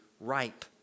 ripe